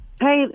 Hey